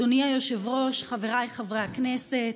אדוני היושב-ראש, חבריי חברי הכנסת,